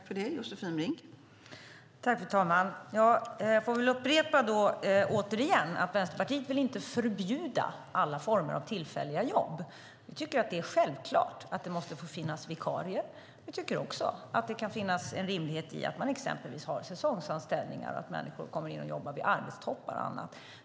Fru talman! Jag får väl upprepa att Vänsterpartiet inte vill förbjuda alla former av tillfälliga jobb. Vi tycker att det är självklart att det måste få finnas vikarier, och vi tycker också att det kan finnas en rimlighet i att man exempelvis har säsongsanställningar och att människor kommer in och jobbar vid arbetstoppar och annat.